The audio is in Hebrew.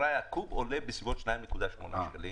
קוב עולה כ-2.8 שקלים